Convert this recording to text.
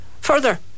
further